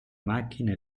macchine